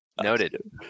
Noted